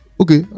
Okay